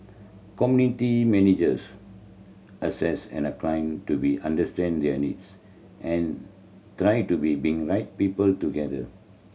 community managers assess an client to be understand their needs and try to be being right people together